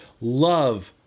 love